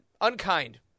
Unkind